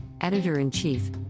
editor-in-chief